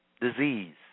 Disease